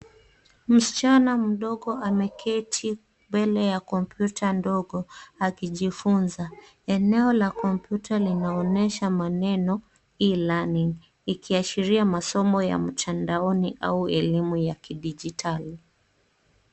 Msichana mdogo ameketi mbele ya kompyuta ndogo akijifunza. Eneo la kompyuta linaonesha maneno elearning ikiashiria masomo ya mtandaoni au elimu ya kidijitali.